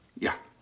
yeah,